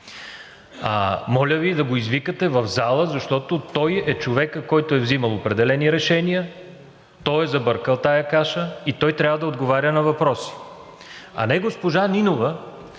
моля Ви да го извикате в залата, защото той е човекът, който е вземал определени решения, той е забъркал тази каша и той трябва да отговаря на въпроси. А не госпожа Нинова